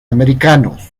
americanos